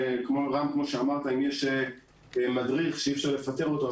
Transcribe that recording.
רם כמו שאמרת: אם יש מדריך שאי אפשר לפטר אותו,